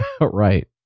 Right